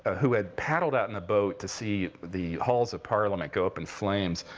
ah who had paddled out in a boat to see the halls of parliament go up in flames,